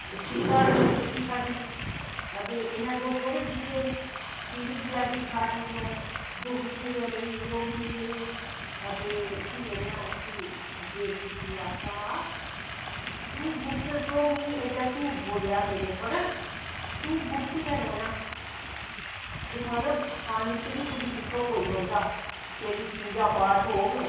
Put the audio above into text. सीता ही साढ़ी ते इनैं दुख बड़े दिक्खे फ्ही बी बचैरी सारी उमर दुख च गै रेही रौंह्दी रेही फ्ही इनैं उसी देवक गी आखेआ हा तूं एड्डा झूठ बोलेआ मेरे पर तूं गुप्त गै रवेआं पानी च नी दिक्खग तुगी कोई बौंह्दा तेरी पूज़ा पाठ होग